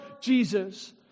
Jesus